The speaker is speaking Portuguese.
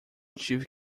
tive